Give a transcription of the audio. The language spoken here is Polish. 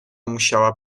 musiała